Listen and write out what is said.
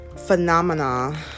Phenomena